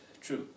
True